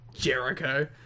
Jericho